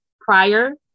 prior